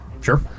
Sure